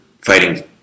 fighting